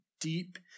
deep